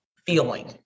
Feeling